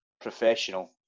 professional